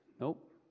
Nope